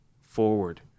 forward